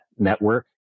network